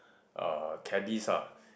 uh cabbies ah